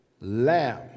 lamb